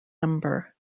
number